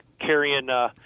carrying –